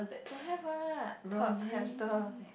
don't have ah talk hamster